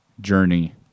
journey